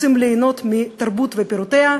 רוצים ליהנות מתרבות ומפירותיה,